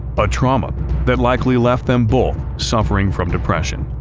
a trauma that likely left them both suffering from depression.